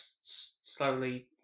slowly